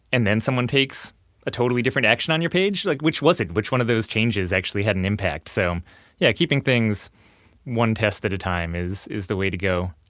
and then someone takes a totally different action on your page, like which was it? which one of those changes actually had an impact? so yeah keeping things one test at a time is is the way to go.